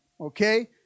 Okay